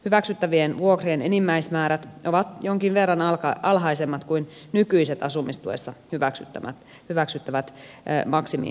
hyväksyttävien vuokrien enimmäismäärät ovat jonkin verran alhaisemmat kuin nykyiset asumistuessa hyväksyttävät maksimiasumismenot